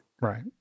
Right